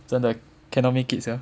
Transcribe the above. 真的 cannot make it sia